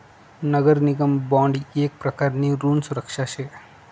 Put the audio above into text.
नगर निगम बॉन्ड येक प्रकारनी ऋण सुरक्षा शे